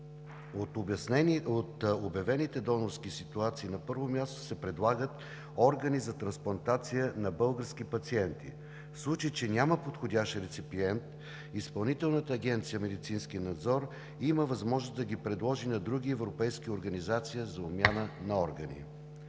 От обявените донорски ситуации, на първо място, се предлагат органи за трансплантация на български пациенти. В случай че няма подходящ реципиент, Изпълнителна агенция „Медицински надзор“ има възможност да ги предложи на други европейски организации за обмен на органи.